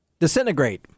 disintegrate